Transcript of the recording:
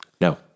no